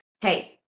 hey